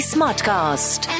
Smartcast